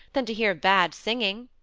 than to hear bad singing.